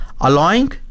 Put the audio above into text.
Allowing